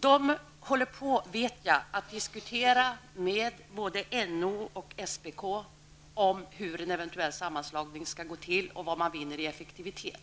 Jag vet att kommittén diskuterar med både NO och SPK om hur en eventuell sammanslagning skall gå till och vad man vinner i effektivitet.